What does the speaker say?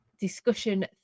discussion